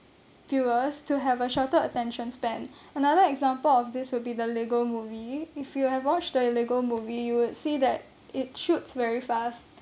viewers to have a shorter attention span another example of this will be the Lego movie if you have watched the Lego movie you would see that it shoots very fast